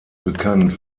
bekannt